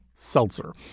Seltzer